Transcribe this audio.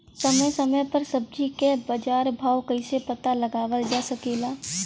समय समय समय पर सब्जी क बाजार भाव कइसे पता लगावल जा सकेला?